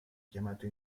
chiamato